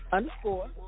underscore